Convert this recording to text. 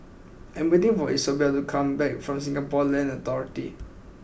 I am waiting for Isobel to come back from Singapore Land Authority